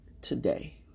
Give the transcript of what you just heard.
today